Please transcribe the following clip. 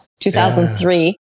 2003